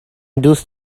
دوست